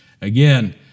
Again